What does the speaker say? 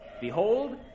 behold